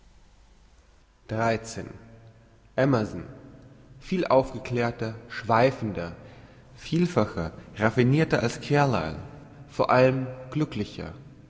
viel aufgeklärter schweifender vielfacher raffinirter als carlyle vor allem glücklicher